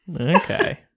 Okay